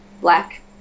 black